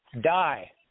die